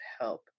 help